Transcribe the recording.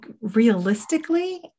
realistically